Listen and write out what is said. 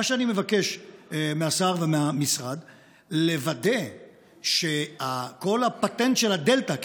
מה שאני מבקש מהשר ומהמשרד הוא לוודא שכל הפטנט של הדלתא,